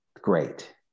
great